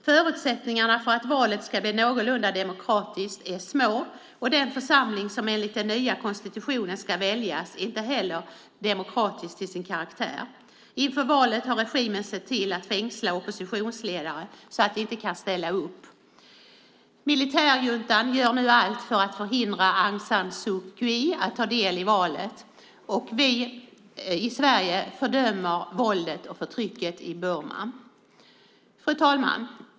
Förutsättningarna för att valet ska bli någorlunda demokratiskt är små, och den församling som enligt den nya konstitutionen ska väljas är inte heller demokratisk till sin karaktär. Inför valet har regimen sett till att fängsla oppositionsledare så att de inte kan ställa upp. Militärjuntan gör nu allt för att förhindra Aung San Suu Kyi att ta del i valet, och vi i Sverige fördömer våldet och förtrycket i Burma. Fru talman!